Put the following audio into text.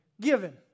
Given